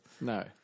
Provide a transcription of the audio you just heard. No